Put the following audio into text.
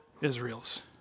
Israel's